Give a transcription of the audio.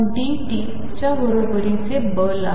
च्या बरोबरीचे बल आहे